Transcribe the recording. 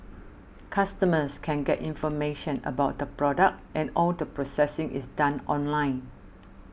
customers can get information about the product and all the processing is done online